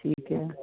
ਠੀਕ